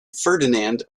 ferdinand